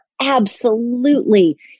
absolutely-